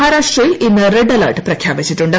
മഹാരാഷ്ട്രയിൽ ഇന്ന് red alert പ്രഖ്യാപിച്ചിട്ടുണ്ട്